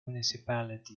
municipality